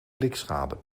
blikschade